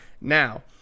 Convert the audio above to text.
now